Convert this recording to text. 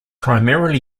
primarily